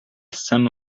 same